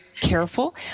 careful